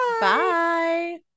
bye